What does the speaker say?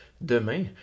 Demain